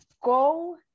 go